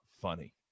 funny